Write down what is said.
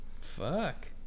Fuck